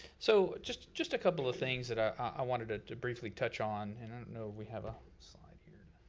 so just just a couple of things that i i wanted ah to briefly touch on, and i don't know if we have a slide here.